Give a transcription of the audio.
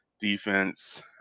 defense